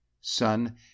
Son